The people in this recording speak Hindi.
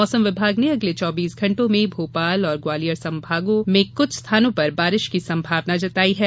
मौसम विभाग ने अगले चौबीस घण्टों में भोपाल ग्वालियर संभाग में कुछ स्थानों पर बारिश की संभावना जताई है